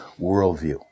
worldview